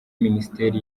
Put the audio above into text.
minisiteri